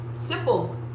Simple